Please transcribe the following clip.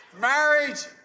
Marriage